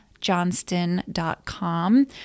johnston.com